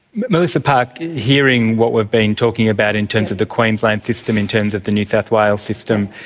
melissa parke, hearing what we've been talking about in terms of the queensland system, in terms of the new south wales system,